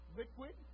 liquid